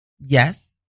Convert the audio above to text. yes